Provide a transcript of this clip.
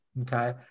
Okay